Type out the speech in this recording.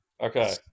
Okay